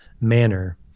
manner